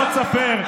בוא תספר.